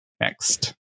next